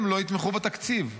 הם לא יתמכו בתקציב.